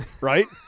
right